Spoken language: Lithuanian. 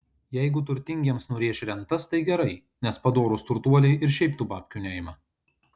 jeigu turtingiems nurėš rentas tai gerai nes padorūs turtuoliai ir šiaip tų babkių neima